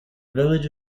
village